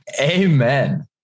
amen